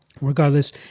Regardless